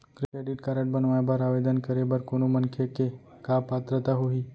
Credit card बनवाए बर आवेदन करे बर कोनो मनखे के का पात्रता होही?